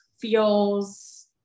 feels